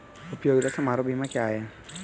उपयोगिता समारोह बीमा क्या है?